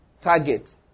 target